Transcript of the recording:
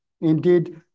indeed